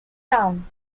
town